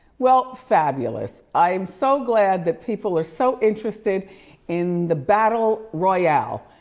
well, fabulous. i am so glad that people are so interested in the battle royale,